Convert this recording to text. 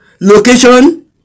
location